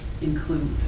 include